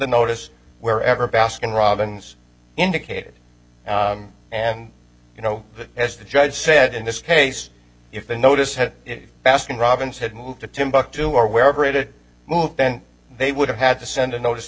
notice wherever baskin robins indicated and you know as the judge said in this case if the notice had baskin robins had moved to timbuktu or wherever it moved then they would have had to send a notice